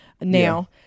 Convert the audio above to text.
now